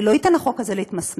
אני לא אתן לחוק הזה להתמסמס,